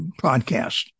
podcast